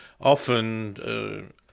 often